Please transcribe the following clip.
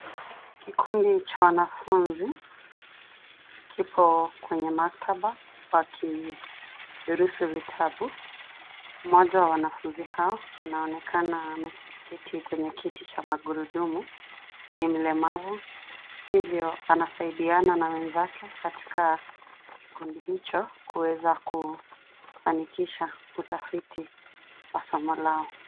Kikundi cha wanafunzi kipo kwenye maktaba wakidurusu vitabu. Mmoja wa wanafunzi hao anaonekana anaketi kwenye kiti cha magurudumu, ni mlemavu hivyo anasaidiana na wenzake katika kikundi hicho kuweza kufanikisha utafiti wa somo lao.